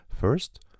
first